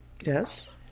Yes